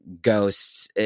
ghosts